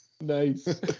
Nice